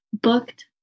booked